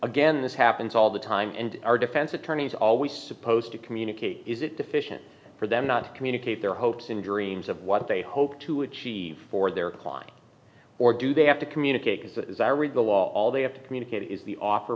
again this happens all the time and our defense attorneys always supposed to communicate is it deficient for them not to communicate their hopes and dreams of what they hope to achieve for their client or do they have to communicate that as i read the law all they have to communicate is the offer